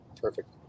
Perfect